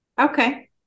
Okay